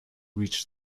reach